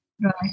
Right